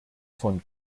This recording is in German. von